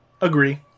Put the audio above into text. Agree